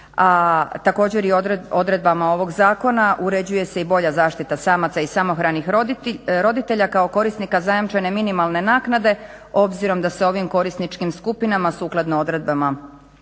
a također je odredbama ovog zakona uređuje se i bolja zaštita samaca i samohranih roditelja kao korisnika zajamčene minimalne naknade obzirom da se ovim korisničkim skupinama sukladno odredbama